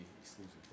exclusive